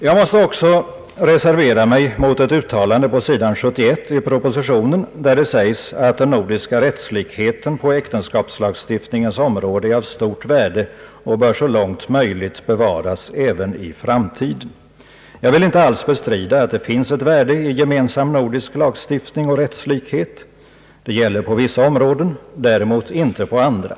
Jag måste också reservera mig mot ett uttalande på sid. 71 i propositionen, där det sägs att den nordiska rättslikheten på äktenskapslagstiftningens område är av stort värde och så långt möjligt bör bevaras även i framtiden. Jag vill inte alls bestrida att det finns ett värde i gemensam nordisk lagstiftning och rättslikhet. Det gäller lagstiftning på vissa områden, däremot inte på andra.